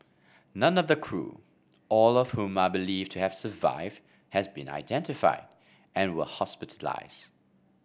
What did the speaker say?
none of the crew all of whom are believed to have survived has been identified and were hospitalised